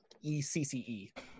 E-C-C-E